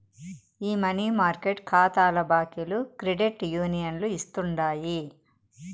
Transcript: ఈ money market కాతాల బాకీలు క్రెడిట్ యూనియన్లు ఇస్తుండాయి